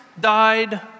died